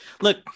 look